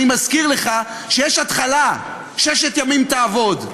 אני מזכיר לך שיש התחלה: "ששת ימים תעבד".